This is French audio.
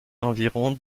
environ